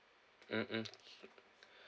mm mm